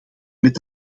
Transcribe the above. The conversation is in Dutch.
met